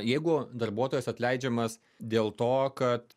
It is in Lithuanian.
jeigu darbuotojas atleidžiamas dėl to kad